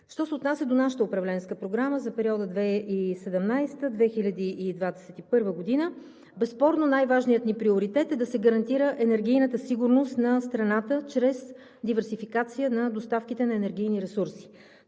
Що се отнася за нашата управленска програма за периода 2017 – 2021 г., безспорно най-важният ни приоритет е да се гарантира енергийната сигурност на страната чрез диверсификация на доставките на енергийни ресурси.